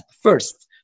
first